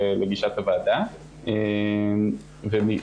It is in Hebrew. אני רואה את הסתייגות מס' 746. האם אלה